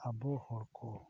ᱟᱵᱚ ᱦᱚᱲ ᱠᱚ